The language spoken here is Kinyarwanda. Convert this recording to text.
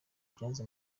byanze